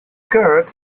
kirk